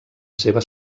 seva